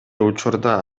учурда